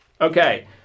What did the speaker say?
Okay